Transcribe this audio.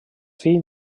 fill